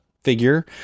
figure